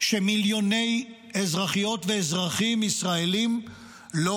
שמיליוני אזרחיות ואזרחים ישראלים לא